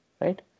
right